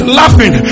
laughing